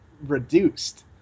reduced